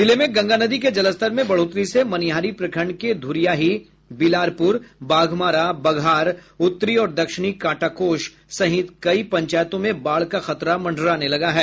जिले में गंगा नदी के जलस्तर में बढ़ोतरी से मनिहारी प्रखंड के धुरियाही बिलारपुर बाघमारा बघार उत्तरी और दक्षिणी कांटाकोष सहित कई पंचायतों में बाढ़ का खतरा मंडराने लगा है